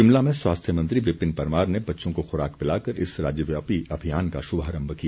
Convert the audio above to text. शिमला में स्वास्थ्य मंत्री विपिन परमार ने बच्चों को खुराक पिलाकर इस राज्यव्यापी अभियान का शुभारम्भ किया